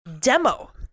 demo